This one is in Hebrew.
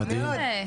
כל הכבוד.